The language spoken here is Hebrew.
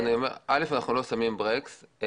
אנחנו לא שמים ברקס.